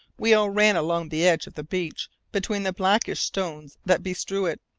we all ran along the edge of the beach between the blackish stones that bestrewed it.